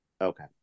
Okay